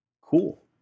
cool